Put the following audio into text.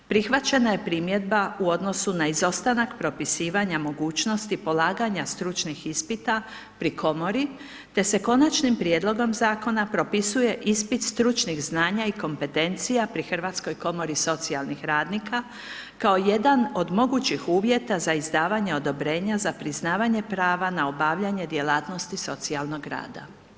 Prihvaćena je primjedba u odnosu na izostanak, propisivanje mogućnosti, polaganja stručnih ispita pri komori, te se konačnim prijedlogom zakona propisuje ispit stručnih znanja i kompetencija pri Hrvatskoj komori socijalnih radnika, kao jedan od mogućih uvjeta za izdavanje odobrenja, za priznavanje prava na obavljanje djelatnosti socijalnog rada.